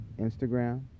Instagram